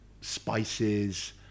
spices